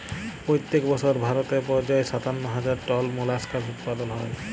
পইত্তেক বসর ভারতে পর্যায়ে সাত্তান্ন হাজার টল মোলাস্কাস উৎপাদল হ্যয়